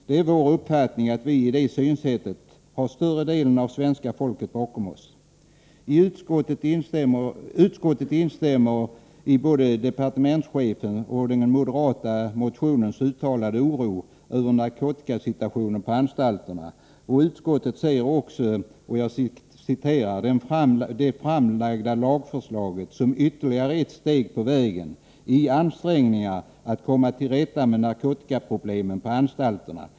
Det är vår uppfattning att vi i det synsättet har större delen av svenska folket bakom OSS. Utskottet instämmer också i både departementschefens och den moderata motionens uttalade oro över narkotikasituationen på anstalterna. Utskottet ser också ”det framlagda lagförslaget som ytterligare ett steg på vägen i ansträngningarna att komma till rätta med narkotikaproblemen på anstalterna”.